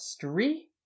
three